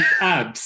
abs